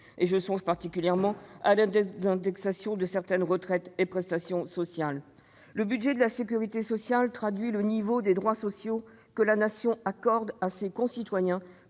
; je pense en particulier à la désindexation de certaines retraites et prestations sociales. Le budget de la sécurité sociale traduit le niveau des droits sociaux que la Nation accorde à ses concitoyens